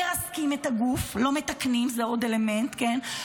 מרסקים את הגוף, לא מתקנים, זה עוד אלמנט, כן?